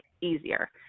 easier